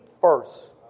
first